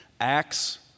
Acts